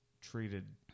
treated